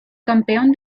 campeón